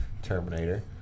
Terminator